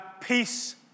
peace